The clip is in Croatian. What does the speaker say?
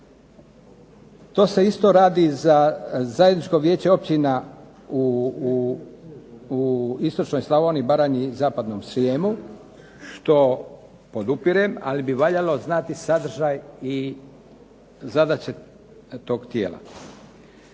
To se isto radi za zajedničko Vijeće općina u istočnoj Slavoniji, Baranji i zapadnom Srijemu što podupirem, ali bi valjalo znati sadržaj i zadaće tog tijela.